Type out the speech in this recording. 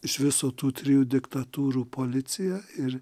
iš viso tų trijų diktatūrų policija ir